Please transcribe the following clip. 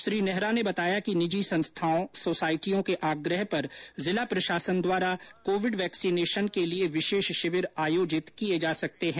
श्री नेहरा ने बताया कि निजी संस्थाओं सोसाईटियों के आग्रह पर जिला प्रशासन द्वारा कोविड वैक्सिनेशन के लिये विशेष शिविर आयोजित किये जा सकते हैं